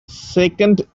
second